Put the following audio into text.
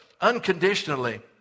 unconditionally